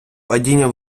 падіння